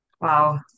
Wow